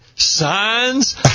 signs